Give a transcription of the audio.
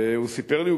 והוא סיפר לי,